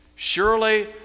Surely